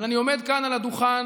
אבל אני עומד כאן על הדוכן